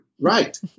Right